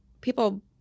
people